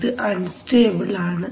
ഇത് അൺസ്റ്റേബിൾ ആണ്